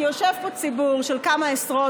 כי יושב פה ציבור של עשרות,